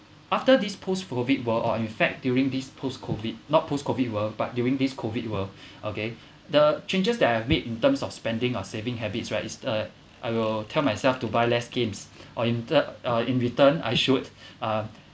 after this post COVID world or effect during these post COVID not post COVID world but during this COVID world okay the changes that I've made in terms of spending or saving habits right is a I will tell myself to buy less games or in retu~ or in return I should uh